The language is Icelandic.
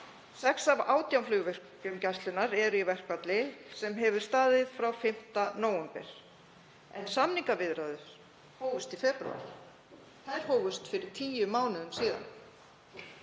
Sex af 18 flugvirkjum Gæslunnar eru í verkfalli sem hefur staðið frá 5. nóvember, en samningaviðræður hófust í febrúar. Þær hófust fyrir tíu mánuðum síðan.